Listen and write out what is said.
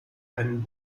einen